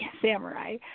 samurai